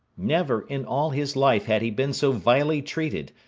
never in all his life had he been so vilely treated,